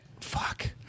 Fuck